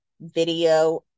video